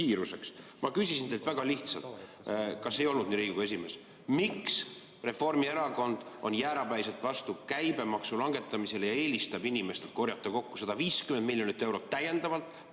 Ma küsisin teilt väga lihtsalt – kas ei olnud nii, Riigikogu esimees –, miks Reformierakond on jäärapäiselt vastu käibemaksu langetamisele ja eelistab inimestelt korjata kokku 150 miljonit eurot täiendavalt